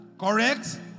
correct